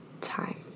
time